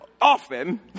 often